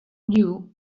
knew